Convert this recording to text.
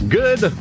good